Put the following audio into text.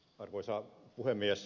arvoisa puhemies